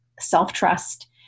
self-trust